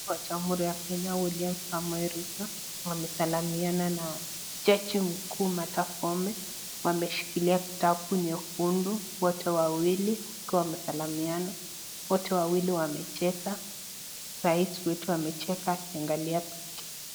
Wa jamuhuri ya Kenya William Samoe Rutto amesalimiana na jaji mkuu Martha Koome wameshikilia kitabu nyekundu wote wawili wakiwa wamesalimiana wote wawili wamecheka rais wetu amecheka akiangalia picha.